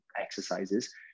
exercises